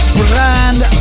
brand